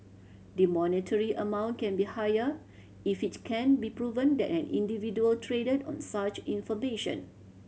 the monetary amount can be higher if it can be proven that an individual traded on such information